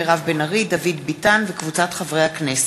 מירב בן ארי ודוד ביטן וקבוצת חברי הכנסת.